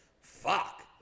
fuck